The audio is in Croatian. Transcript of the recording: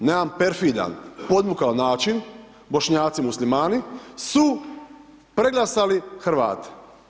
Na jedan perfidan, podmukao način, Bošnjaci muslimani su preglasali Hrvate.